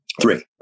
three